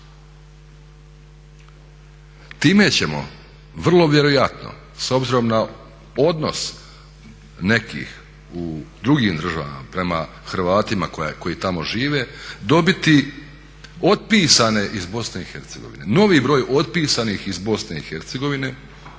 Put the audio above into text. Time ćemo vrlo vjerojatno s obzirom na odnos nekih u drugim državama prema Hrvatima koji tamo žive dobiti otpisane iz Bosne i Hercegovine, novi broj otpisanih iz Bosne